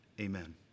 amen